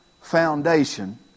foundation